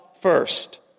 first